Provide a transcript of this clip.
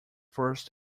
first